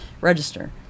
register